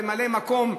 ממלאי-מקום,